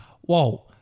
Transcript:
whoa